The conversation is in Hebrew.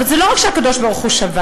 אבל זה לא רק שהקדוש-ברוך-הוא שבת,